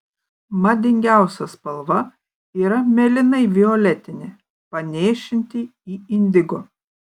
madingiausia spalva yra mėlynai violetinė panėšinti į indigo